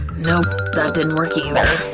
nope, that didn't work either.